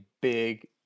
big